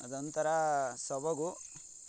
ಅದೊಂಥರ ಸೊಬಗು